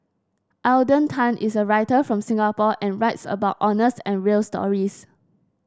Alden Tan is a writer from Singapore and writes about honest and real stories